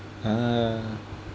uh